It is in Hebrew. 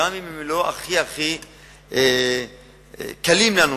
גם אם לא הכי הכי קלים לנו,